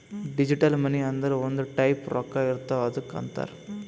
digital money ಅಂದುರ್ ಒಂದ್ type ರೊಕ್ಕಾ ಇರ್ತಾವ್ ಅದ್ದುಕ್ ಅಂತಾರ್